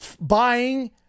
buying